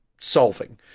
solving